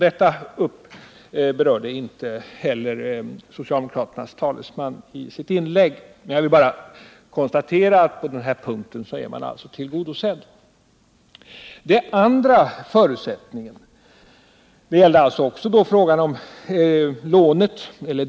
Detta berörde inte heller socialdemokraternas talesman i sitt inlägg, men jag ville bara konstatera att socialdemokraternas krav på den punkten alltså är tillgodosett.